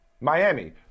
Miami